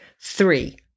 Three